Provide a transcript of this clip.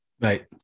Right